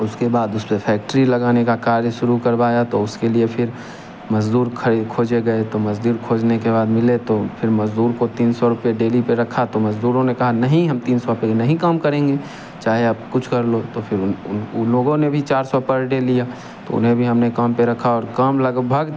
उसके बाद उस पे फैक्ट्री लगाने का कार्य शुरू करवाया तो उसके लिए फिर मज़दूर खोजे गए तो मजदूर खोजने के बाद मिले तो फिर मजदूर को तीन सौ रुपए डेली पे रखा तो मजदूरों ने कहा नहीं हम तीन सौ पे नहीं काम करेंगे चाहे आप कुछ कर लो तो फिर उन लोगों ने भी चार सौ पर डे लिया तो उन्हें भी हमने काम पे रखा और काम लगभग